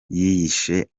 yiyishe